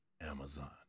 Amazon